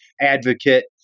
advocate